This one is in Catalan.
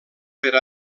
per